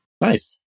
Nice